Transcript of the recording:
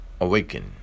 awaken